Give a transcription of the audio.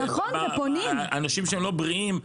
אנשים הם לא בריאים,